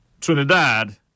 Trinidad